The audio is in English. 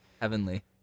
Heavenly